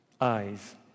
eyes